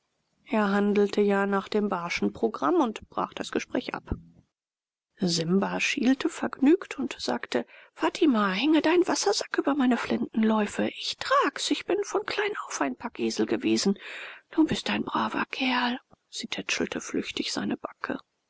er handelte ja nach dem barschen programm und brach das gespräch ab simba schielte vergnügt und sagte fatima hänge deinen wassersack über meine flintenläufe ich trag's ich bin von klein auf ein packesel gewesen du bist ein braver kerl sie tätschelte flüchtig seine backe